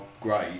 great